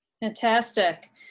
Fantastic